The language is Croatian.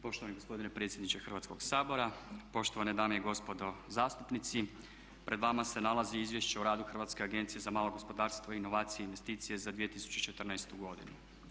Poštovani gospodine predsjedniče Hrvatskog sabora, poštovane dame i gospodo zastupnici pred vama se nalazi izvješće o radu Hrvatske agencije za malo gospodarstvo, inovacije i investicije za 2014.godinu.